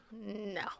No